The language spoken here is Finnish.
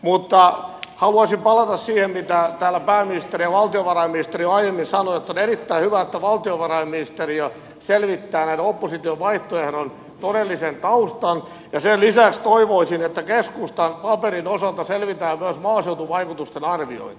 mutta haluaisin palata siihen mitä täällä pääministeri ja valtiovarainministeri ovat aiemmin sanoneet että on erittäin hyvä että valtiovarainministeriö selvittää opposition vaihtoehdon todellisen taustan ja sen lisäksi toivoisin että keskustan paperin osalta selvitetään myös maaseutuvaikutusten arviointi